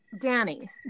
danny